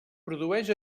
produeix